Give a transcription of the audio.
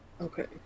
Okay